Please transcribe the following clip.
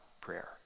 prayer